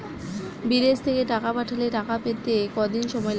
বিদেশ থেকে টাকা পাঠালে টাকা পেতে কদিন সময় লাগবে?